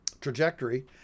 trajectory